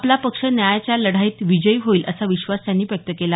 आपला पक्ष न्यायाच्या लढाईत विजयी होईल असा विश्वास त्यांनी व्यक्त केला